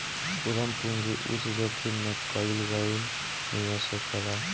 उद्यम पूंजी उच्च जोखिम में कईल गईल निवेश होखेला